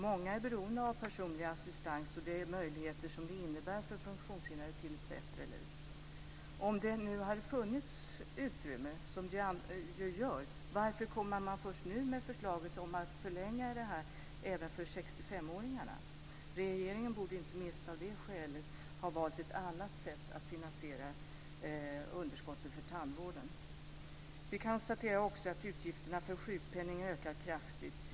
Många är beroende av personlig assistans och de möjligheter som det innebär för funktionshindrade till ett bättre liv. Om det nu hade funnits utrymme, som det ju gör, varför kommer man först nu med förslaget som gäller även för 65-åringarna? Regeringen borde inte minst av det skälet ha valt ett annat sätt att finansiera underskottet för tandvården. Vi konstaterar också att utgifterna för sjukpenningen har ökat kraftigt.